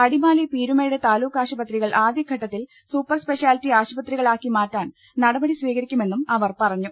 അടിമാലി പീരുമേട് താലൂക്ക് ആശുപത്രികൾ ആദ്യഘട്ട ത്തിൽ സൂപ്പർസ്പെഷ്യാലിറ്റി ആശുപത്രികളാക്കി മാറ്റാൻ നടപടി സ്വീകരിക്കുമെന്നും അവർ പറഞ്ഞു